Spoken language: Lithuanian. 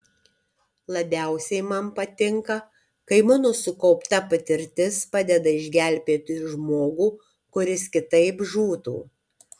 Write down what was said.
labiausiai man patinka kai mano sukaupta patirtis padeda išgelbėti žmogų kuris kitaip žūtų